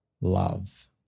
love